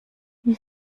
wie